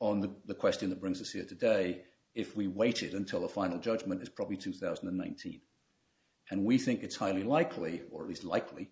on the the question that brings us here today if we waited until the final judgment is probably two thousand and nineteen and we think it's highly likely or at least likely